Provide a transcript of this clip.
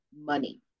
money